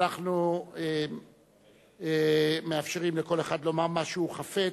אנחנו מאפשרים לכל אחד לומר מה שהוא חפץ.